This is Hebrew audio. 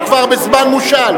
הוא כבר בזמן מושאל.